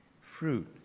fruit